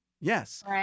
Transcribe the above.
yes